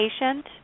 patient